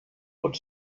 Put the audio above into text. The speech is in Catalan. pot